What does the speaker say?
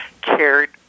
cared